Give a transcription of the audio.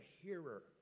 hearer